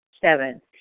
Seven